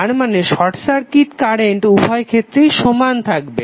তারমানে short circuit current উভয় ক্ষেত্রেই সমান থাকবে